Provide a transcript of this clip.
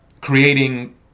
creating